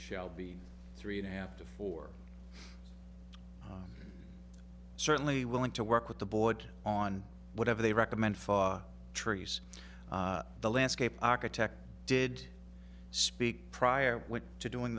be three and a half to four certainly willing to work with the board on whatever they recommend for trees the landscape architect did speak prior to doing